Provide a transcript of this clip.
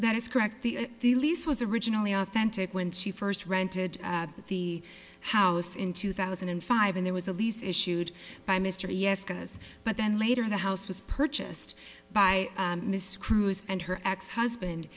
that is correct the the lease was originally authentic when she first rented the house in two thousand and five and there was a lease issued by mr a yes because but then later the house was purchased by mr cruise and her ex husband